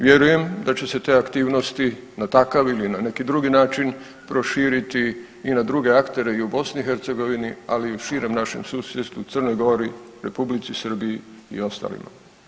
Vjerujem da će se te aktivnosti na takav ili na neki drugi način proširiti i na druge aktere i u BiH, ali i u širem našem susjedstvu, Crnoj Gori, R. Srbiji i ostalima.